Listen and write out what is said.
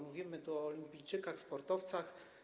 Mówimy tu o olimpijczykach, sportowcach.